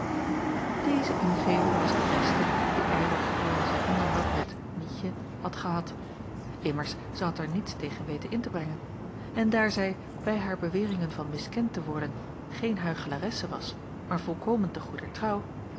deze ingeving was de beste die eylar gedurende zijn onderhoud met mietje had gehad immers zij had er niets tegen weten in te brengen en daar zij bij haar beweringen van miskend te worden geen huichelaresse was maar volkomen te goeder trouw